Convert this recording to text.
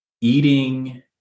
eating